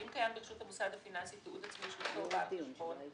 אם קיים ברשות המוסד הפיננסי תיעוד עצמי של אותו בעל חשבון,